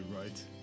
right